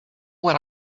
what